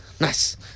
nice